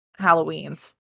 Halloweens